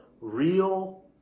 real